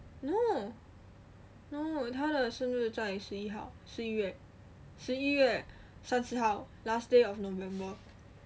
no no 她的生日在十一号十一月十一月三十号 last day of november